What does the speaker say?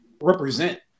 represent